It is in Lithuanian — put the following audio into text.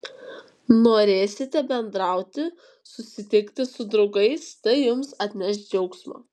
norėsite bendrauti susitikti su draugais tai jums atneš džiaugsmo